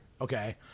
Okay